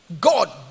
God